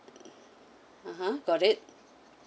(uh huh) got it